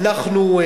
אנחנו,